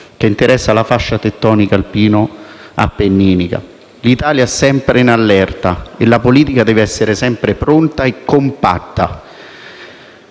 che interessa la fascia tettonica alpino-appenninica. L'Italia è sempre in allerta e la politica deve essere sempre pronta e compatta.